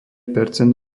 percent